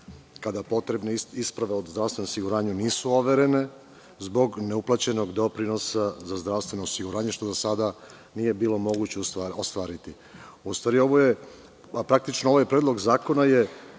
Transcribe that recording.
kada potrebne isprave zdravstvenog osiguranja nisu overene, zbog neuplaćenog doprinosa za zdravstveno osiguranje, što do sada nije bilo moguće ostvariti. Ovaj Predlog zakona je